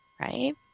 right